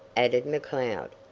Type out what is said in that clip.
added mccloud.